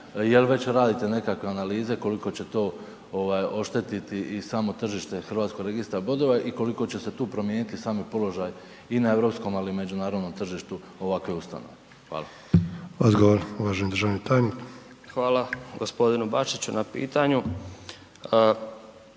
jel već radite nekakve analize, koliko će to oštetiti i samo tržište HBR-a i koliko će se tu promijeniti sami položaj i na europskom ali i međunarodnom tržištu ovakve ustanove? Hvala. **Sanader, Ante (HDZ)** Odgovor, uvaženi državni